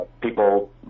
people